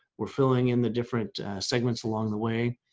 we're filling in the different segments along the way.